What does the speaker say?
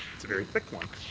it's a very thick one.